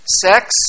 sex